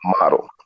model